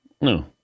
No